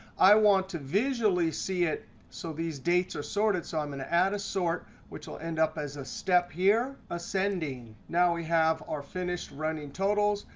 i want to visually see it so these dates are sorted. so i'm going to add a sort, which will end up as a step here, ascending. now we have our finished running totals.